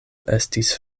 estis